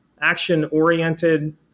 action-oriented